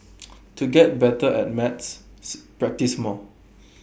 to get better at maths practise more